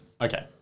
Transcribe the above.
okay